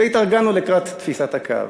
והתארגנו לקראת תפיסת הקו.